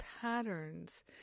patterns